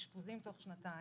עם אשפוזים תוך שנתיים,